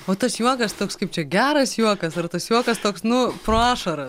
o tas juokas toks kaip čia geras juokas ar tas juokas toks nu pro ašaras